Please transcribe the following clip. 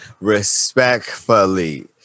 respectfully